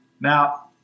Now